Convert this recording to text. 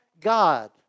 God